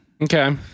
Okay